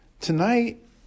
Tonight –